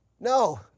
No